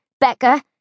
Becca